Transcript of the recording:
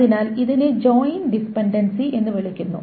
അതിനാൽ ഇതിനെ joint dependency എന്ന് വിളിക്കുന്നു